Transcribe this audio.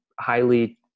highly